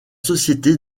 société